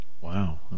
Wow